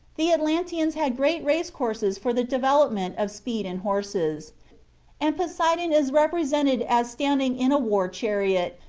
the atlanteans had great race-courses for the development of speed in horses and poseidon is represented as standing in a war-chariot,